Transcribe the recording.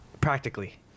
practically